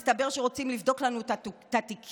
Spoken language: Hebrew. מסתבר שרוצים לבדוק לנו את התיקים,